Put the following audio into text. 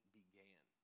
began